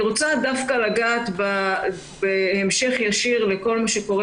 אני רוצה לגעת בהמשך ישיר בכל מה שקורה